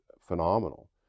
phenomenal